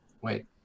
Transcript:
wait